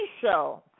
show